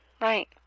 right